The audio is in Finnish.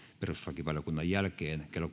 perustuslakivaliokunnan jälkeen kello